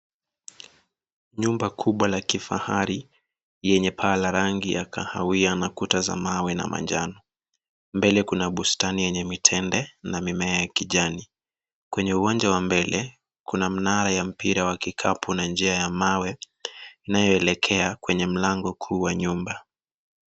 Nyumba kubwa la kifahari yenye paa la rangi ya kahawia na kuta za mawe na manjano. Mbele kuna bustani yenye mitende na mimea ya kijani. Kwenye uwanja wa mbele kuna mnara ya mpira wa kikapu na njia ya mawe inayoelekea kwenye mlango kuu wa nyumba.